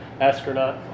Astronaut